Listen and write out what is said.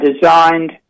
designed